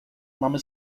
mamy